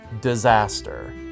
Disaster